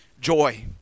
joy